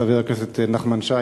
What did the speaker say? חבר הכנסת נחמן שי.